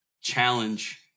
challenge